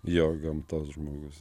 jo gamtos žmogus